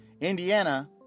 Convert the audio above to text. Indiana